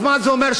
אז מה זה אומר,